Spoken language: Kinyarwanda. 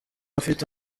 afite